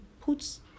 puts